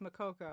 Makoko